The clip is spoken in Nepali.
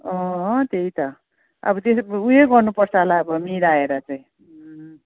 अँ त्यही त अब त्यही ऊ यो गर्नु पर्छ होला अब मिलाएर चाहिँ